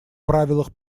правилах